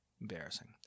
Embarrassing